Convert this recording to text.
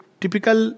typical